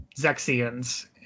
Zexians